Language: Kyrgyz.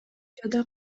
жада